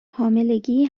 حاملگی